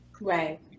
right